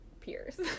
peers